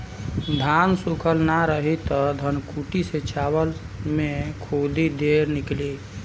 धान सूखल ना रही त धनकुट्टी से चावल में खुद्दी ढेर निकली